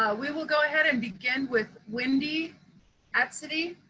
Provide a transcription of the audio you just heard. ah we will go ahead and begin with wendy atcitty